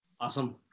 Awesome